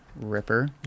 ripper